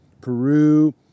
Peru